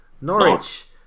Norwich